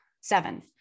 seven